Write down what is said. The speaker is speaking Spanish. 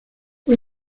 fue